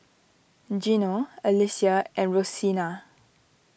Gino Alesia and Rosena